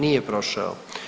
Nije prošao.